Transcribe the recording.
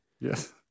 Yes